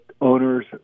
owners